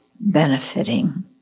benefiting